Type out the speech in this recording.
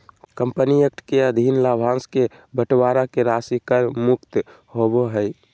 company act के अधीन लाभांश के बंटवारा के राशि कर मुक्त होबो हइ